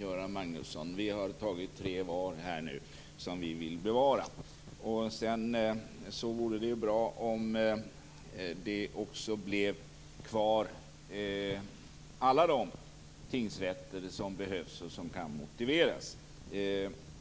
Göran Magnusson. Vi har tagit upp tre var här nu som vi vill bevara. Sedan vore det ju bra om också alla de tingsrätter som behövs och som kan motiveras blir kvar.